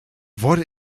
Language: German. wurde